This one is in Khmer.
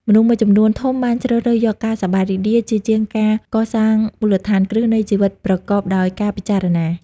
មនុស្សមួយចំនួនធំបានជ្រើសរើសយកការសប្បាយរីករាយ ជាជាងការកសាងមូលដ្ឋានគ្រឹះនៃជីវិតប្រកបដោយការពិចារណា។